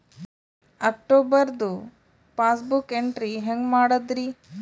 ಅಕ್ಟೋಬರ್ದು passbook entry ಹೆಂಗ್ ಮಾಡದ್ರಿ?